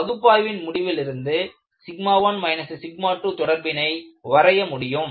பகுப்பாய்வின் முடிவில் இருந்து 1 2தொடர்பினை வரைய முடியும்